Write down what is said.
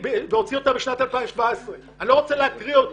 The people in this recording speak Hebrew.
והוציא אותה בשנת 2017. אני לא רוצה להקריא אותה.